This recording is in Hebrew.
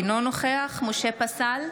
אינו נוכח משה פסל,